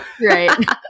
Right